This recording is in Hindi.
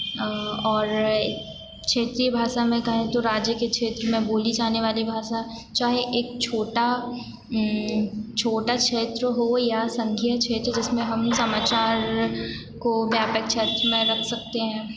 और क्षेत्रीय भाषा में कहें तो राज्य के क्षेत्र में बोली जाने वाली भाषा चाहे एक छोटा छोटा क्षेत्र हो या संख्य क्षेत्र हो जिसमें हम समाचार को व्यापक क्षेत्र में रख सकते हैं